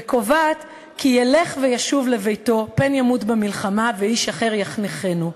וקובעת כי "ילך וישוב לביתו פן ימות במלחמה ואיש אחר יחנכנו".